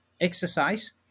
exercise